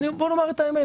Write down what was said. בואו נאמר את האמת,